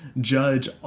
judge